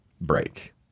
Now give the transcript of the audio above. break